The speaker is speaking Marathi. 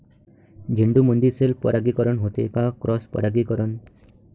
झेंडूमंदी सेल्फ परागीकरन होते का क्रॉस परागीकरन?